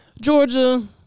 Georgia